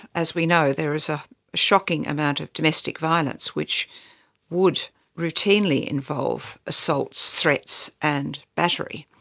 as we know, there is a shocking amount of domestic violence, which would routinely involve assaults, threats and battery.